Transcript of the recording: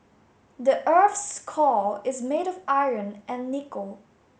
the earth's core is made of iron and nickel